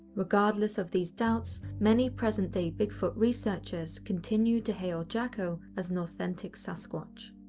regardless of these doubts, many present-day bigfoot researchers continue to hail jacko as an authentic sasquatch.